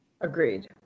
Agreed